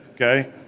okay